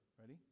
Ready